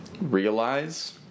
realize